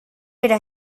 fera